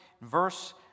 verse